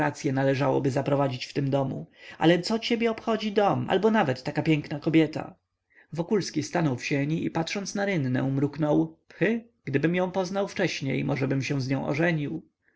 melioracye należałoby zaprowadzić w tym domu ale co ciebie obchodzi dom albo nawet taka piękna kobieta wokulski stanął w sieni i patrząc na rynnę mruknął phy gdybym ją poznał wcześniej możebym się z nią